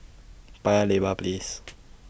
Paya Lebar Place